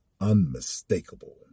unmistakable